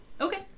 Okay